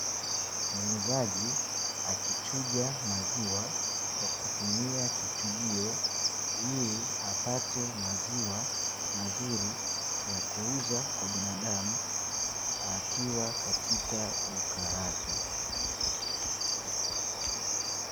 Muuzaji akichuja maziwa kwa kutumia kichujio ili apate maziwa mazuri ya kuuza kwa binadamu akiwa katika duka lake.